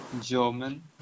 German